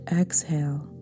exhale